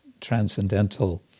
transcendental